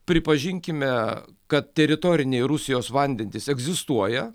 pripažinkime kad teritoriniai rusijos vandenys egzistuoja